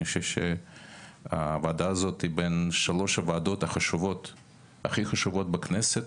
אני חושב שהוועדה הזאת היא בין שלוש הוועדות הכי חשובות בכנסת,